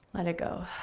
let it go.